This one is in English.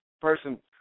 person